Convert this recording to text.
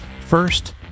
First